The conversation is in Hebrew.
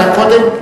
גם קודם?